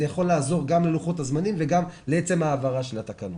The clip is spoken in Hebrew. זה יכול לעזור גם ללוחות הזמנים וגם לעצם העברת התקנות.